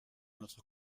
notre